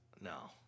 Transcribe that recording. No